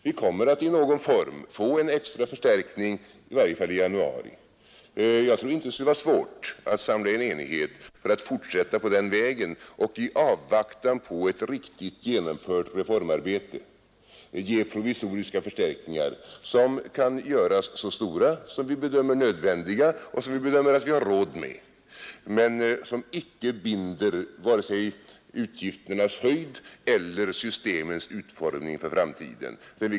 Vi kommer att i någon form ge en extra förstärkning, i varje fall i januari. Det borde inte vara svårt att nå enighet om att fortsätta på den vägen och i avvaktan på ett riktigt gjort reformarbete ge provisoriska förstärkningar som kan göras så stora som vi bedömer nödvändigt och som vi bedömer oss ha råd med men som inte binder vare sig utgifternas storlek eller systemets utformning för framtiden.